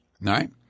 right